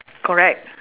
correct